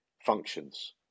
functions